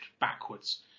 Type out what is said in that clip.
backwards